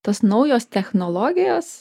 tos naujos technologijos